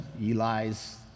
Eli's